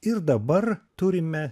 ir dabar turime